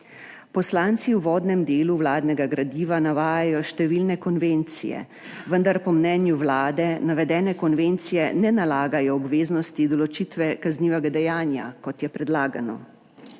Poslanci v uvodnem delu vladnega gradiva navajajo številne konvencije, vendar po mnenju Vlade navedene konvencije ne nalagajo obveznosti določitve kaznivega dejanja, kot je predlagano.